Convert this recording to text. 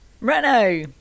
Renault